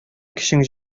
көчең